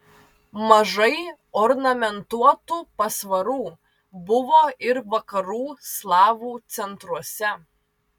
mažai ornamentuotų pasvarų buvo ir vakarų slavų centruose